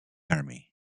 army